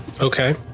Okay